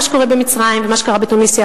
מה שקורה במצרים ומה שקרה בתוניסיה